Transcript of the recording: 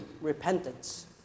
repentance